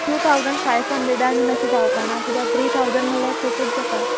two thousand five हंड्रेडान बीन अशें जावपा ना किद्याक थ्री ठावजंड म्हळ्ळ्यार खुबूच जाता